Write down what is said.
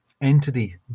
entity